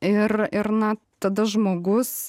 ir ir na tada žmogus